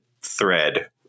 thread